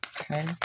okay